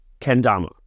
Kendama